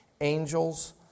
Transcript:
angels